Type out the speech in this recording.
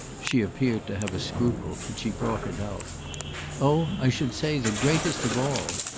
she appeared to have a scruple, but she brought it out oh i should say the greatest of all.